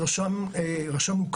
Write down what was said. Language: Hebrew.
ראשית,